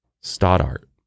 Stoddart